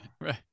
right